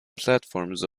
platforms